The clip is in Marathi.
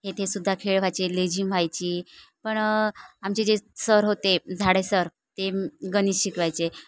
येथे सुद्धा खेळ व्हायचे लेझिम व्हायची पण आमचे जे सर होते झाडे सर ते गणित शिकवायचे